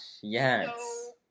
yes